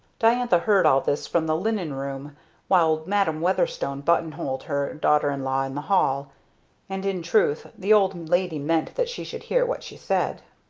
diantha heard all this from the linen room while madam weatherstone buttonholed her daughter-in-law in the hall and in truth the old lady meant that she should hear what she said.